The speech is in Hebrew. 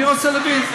אני רוצה להבין.